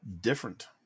different